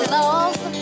love